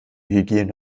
hygiene